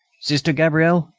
sister gabrielle,